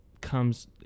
comes